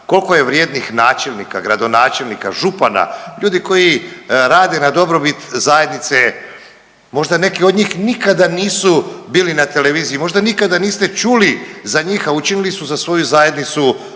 Kolko je vrijednih načelnika, gradonačelnika, župana ljudi koji rade na dobrobit zajednice, možda neki od njih nikada nisu bili na televiziji, možda nikada niste čuli za njih, a učinili su za svoju zajednicu